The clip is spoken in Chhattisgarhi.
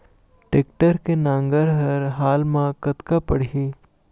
टेक्टर के नांगर हर हाल मा कतका पड़िही?